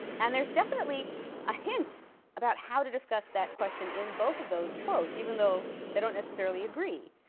and there's definitely a hint about how to discuss that question in both of those quotes, even though they don't necessarily agree,